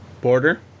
border